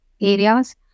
areas